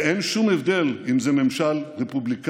ואין שום הבדל אם זה ממשל רפובליקני